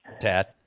Tad